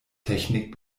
technik